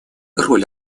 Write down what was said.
роль